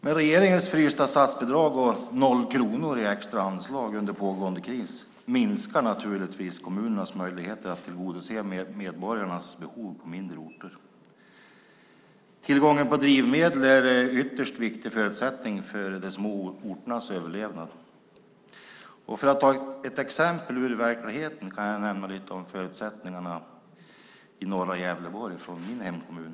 Med regeringens frysta statsbidrag och noll kronor i extra anslag under pågående kris minskar naturligtvis kommunernas möjligheter att tillgodose medborgarnas behov på mindre orter. Tillgången på drivmedel är en ytterst viktig förutsättning för de små orternas överlevnad. För att ta ett exempel ur verkligheten kan jag berätta lite om förutsättningarna i norra Gävleborg och min hemkommun.